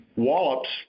Wallops